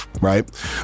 right